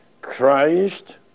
Christ